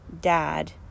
dad